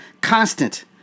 constant